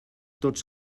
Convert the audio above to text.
tots